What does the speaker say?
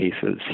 cases